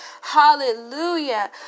Hallelujah